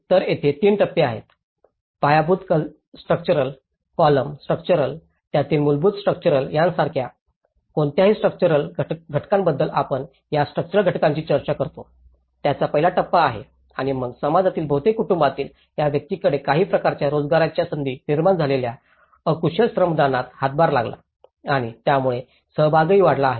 तर तेथे तीन टप्पे आहेत पायाभूत स्ट्रक्चरल कॉलम स्ट्रक्चरल त्यातील मूलभूत स्ट्रक्चरल यासारख्या कोणत्याही स्ट्रक्चरल घटकांबद्दल आपण ज्या स्ट्रक्चरल घटकांची चर्चा करतो त्याचा पहिला टप्पा आहे आणि मग समाजातील प्रत्येक कुटुंबातील या व्यक्तींकडे काही प्रकारच्या रोजगाराच्या संधी निर्माण झालेल्या अकुशल श्रमदानात हातभार लागला आणि यामुळे सहभागही वाढला आहे